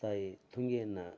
ತಾಯಿ ತುಂಗೆಯನ್ನು